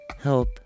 help